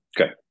okay